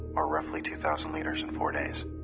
ah roughly two thousand liters in four days.